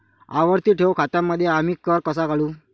आवर्ती ठेव खात्यांमध्ये आम्ही कर कसा काढू?